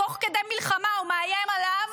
תוך כדי מלחמה הוא מאיים עליו